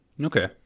Okay